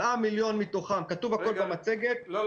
7 מיליון מתוכם, כתוב הכול במצגת --- רגע.